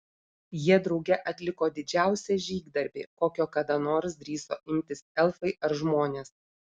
jie drauge atliko didžiausią žygdarbį kokio kada nors drįso imtis elfai ar žmonės